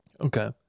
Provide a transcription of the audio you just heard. Okay